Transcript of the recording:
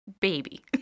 baby